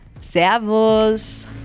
Servus